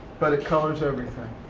but it colors everything.